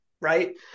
right